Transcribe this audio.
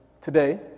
today